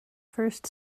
first